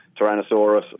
Tyrannosaurus